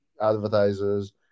advertisers